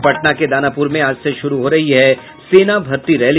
और पटना के दानापुर में आज से शुरू हो रही है सेना भर्ती रैली